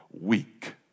weak